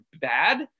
bad